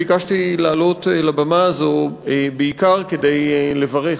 ביקשתי לעלות לבמה הזאת בעיקר כדי לברך